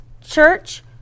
Church